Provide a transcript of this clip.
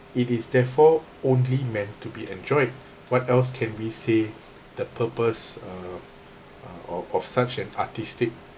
it is therefore only meant to be enjoyed what else can we say the purpose uh of of such an artistic